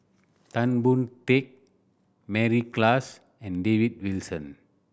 Tan Boon Teik Mary Klass and David Wilson